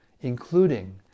including